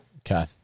Okay